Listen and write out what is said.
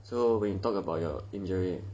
so when you talk about your injury